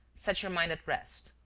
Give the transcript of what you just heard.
set your mind at rest.